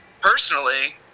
Personally